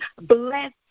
bless